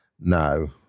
no